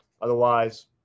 otherwise